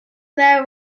there